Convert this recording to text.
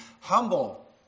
humble